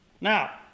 Now